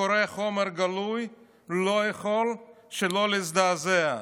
וקורא חומר גלוי, לא יכול שלא להזדעזע.